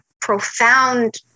profound